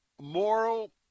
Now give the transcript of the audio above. moral